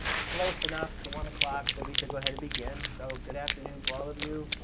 close enough to one o'clock that we should go ahead and begin. so, good afternoon to all of you.